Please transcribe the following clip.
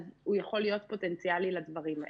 הוא יכול להיות פוטנציאלי לדברים האלה.